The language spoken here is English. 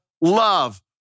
love